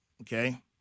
okay